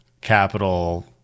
capital